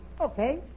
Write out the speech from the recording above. Okay